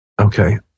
Okay